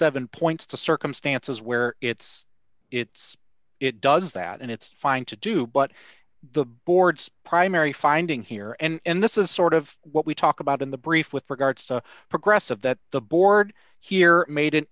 seven points to circumstances where it's it's it does that and it's fine to do but the board's primary finding here and this is sort of what we talk about in the brief with regards to progressive that the board here made an